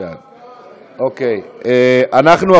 ועדת הכלכלה, איסתרא בלגינא קיש קיש קריא.